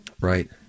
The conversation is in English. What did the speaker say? Right